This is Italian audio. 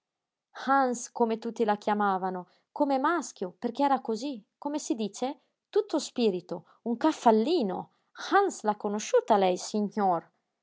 hans come tutti la chiamavano come maschio perché era cosí come si dice tutto spirito un cafallino hans l'ha conosciuta lei sighnor